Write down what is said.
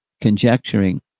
conjecturing